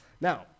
now